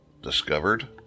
discovered